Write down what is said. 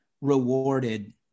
rewarded